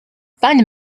fund